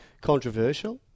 controversial